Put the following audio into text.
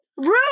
Rude